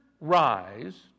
rise